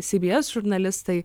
cbs žurnalistai